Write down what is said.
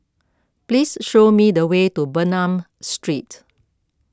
please show me the way to Bernam Street